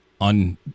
on